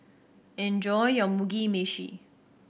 enjoy your Mugi Meshi